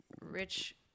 Rich